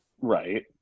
Right